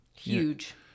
Huge